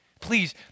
please